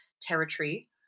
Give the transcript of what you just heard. territory